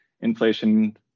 inflation